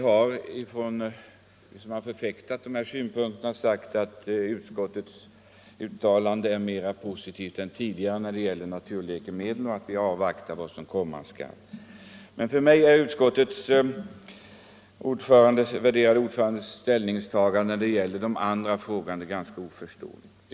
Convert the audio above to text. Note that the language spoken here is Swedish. Herr talman! Vi har sagt att utskottets uttalande är mera positivt än tidigare när det gäller naturläkemedlen och att vi avvaktar vad som komma skall. Men för mig är den värderade utskottsordförandens ställningstagande när det gäller de andra frågorna ganska oförståeligt.